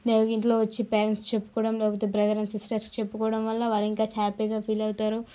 నేరుగా ఇంట్లోకి వచ్చి పేరెంట్స్కి చెప్పుకోవడం లేకపోతే బ్రదర్ అండ్ సిస్టర్స్కి చెప్పుకోవడం వల్ల వారి ఇంకా హ్యాపీగా ఫీల్ అవుతారు